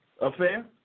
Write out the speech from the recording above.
affair